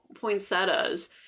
poinsettias